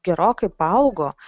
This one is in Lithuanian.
gerokai paaugo